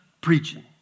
preaching